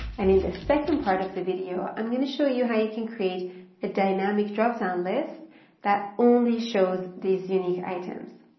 and in the second part of the video i'm going to show you how you can create a dynamic drop-down list that only shows these unique items.